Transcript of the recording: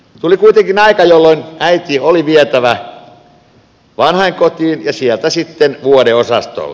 tuli kuitenkin aika jolloin äiti oli vietävä vanhainkotiin ja sieltä sitten vuodeosastolle